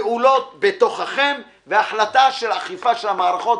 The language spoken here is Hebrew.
פעולות בתוככם והחלטה על אכיפה של המערכות,